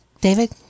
David